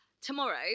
tomorrow